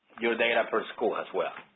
your data for school as well.